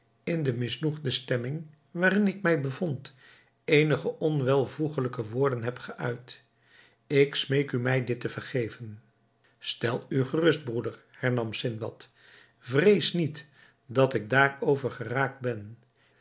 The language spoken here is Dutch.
in de misnoegde stemming waarin ik mij bevond eenige onwelvoegelijke woorden heb geuit ik smeek u mij dit te vergeven stel u gerust broeder hernam sindbad vrees niet dat ik daarover geraakt ben